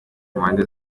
mpande